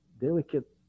delicate